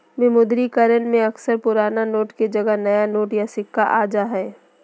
विमुद्रीकरण में अक्सर पुराना नोट के जगह नया नोट या सिक्के आ जा हइ